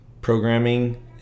programming